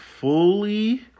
fully